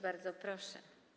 Bardzo proszę.